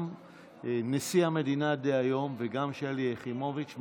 גם נשיא המדינה דהיום וגם שלי יחימוביץ'